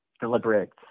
deliberate